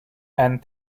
and